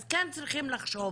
אז כן צריכים לחשוב